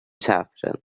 saffron